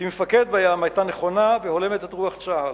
כמפקד בים היתה נכונה והולמת את רוח צה"ל.